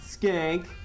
Skank